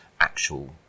actual